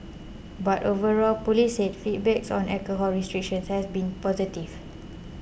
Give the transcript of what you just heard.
but overall police said feedbacks on alcohol restrictions has been positive